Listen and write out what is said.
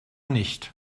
nicht